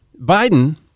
Biden